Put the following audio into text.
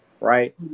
right